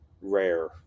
rare